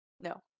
No